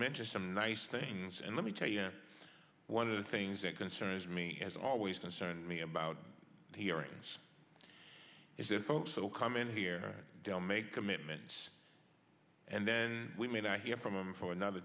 mentioned some nice things and let me tell you one of the things that concerns me has always concerned me about hearings is that folks will come in here they'll make commitments and then we may not hear from them for another